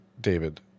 David